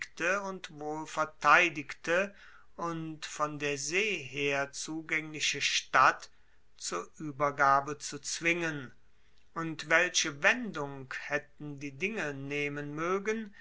und wohlverteidigte und von der see her zugaengliche stadt zur uebergabe zu zwingen und welche wendung haetten die dinge nehmen moegen